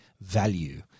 value